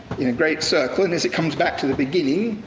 in a great circle, and as it comes back to the beginning,